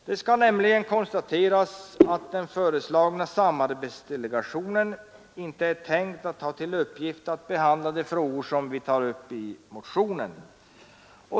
Det skall nämligen konstateras att den föreslagna samarbetsdelegationen inte är tänkt att ha till uppgift att behandla de frågor som vi tar upp i motionen.